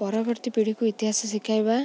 ପରବର୍ତ୍ତୀ ପିଢ଼ିକୁ ଇତିହାସ ଶିଖାଇବା